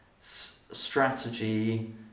Strategy